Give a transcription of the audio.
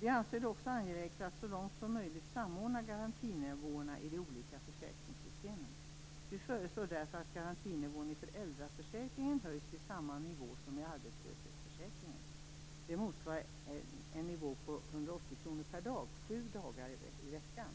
Vi anser det också angeläget att så långt möjligt samordna garantinivåerna i de olika försäkringssystemen. Vi föreslår därför att garantinivån i föräldraförsäkringen höjs till samma nivå som i arbetslöshetsförsäkringen. Det motsvarar en nivå på 180 kr per dag sju dagar i veckan.